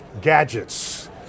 gadgets